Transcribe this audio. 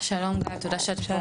שלום גאיה, תודה שאת פה.